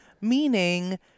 meaning